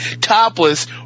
topless